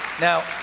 Now